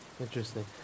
Interesting